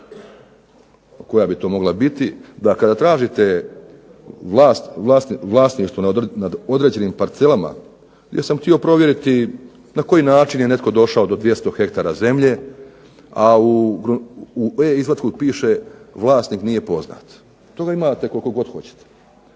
koja bi to mogla biti, da kada tražite vlasništvo nad određenim parcelama, jer sam htio provjeriti na koji način je netko došao do 200 he zemlje, a u e-izvatku piše, vlasnik nije poznat. Toga imate koliko god hoćete.